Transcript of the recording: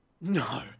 no